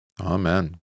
Amen